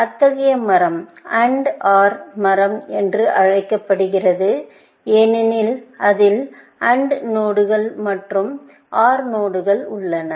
எனவே அத்தகைய மரம் AND OR மரம் என்று அழைக்கப்படுகிறது ஏனெனில் அதில் AND நோடுகள் மற்றும் OR நோடுகள் உள்ளன